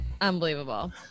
unbelievable